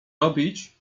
robić